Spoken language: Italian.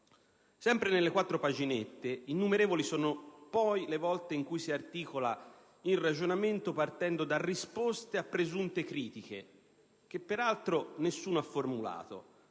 Sempre nelle quattro paginette, innumerevoli sono poi le volte in cui si articola il ragionamento, partendo da risposte a presunte critiche che, peraltro, nessuno ha formulato,